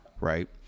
Right